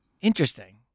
Interesting